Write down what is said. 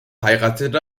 heiratete